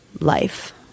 life